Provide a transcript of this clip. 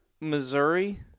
Missouri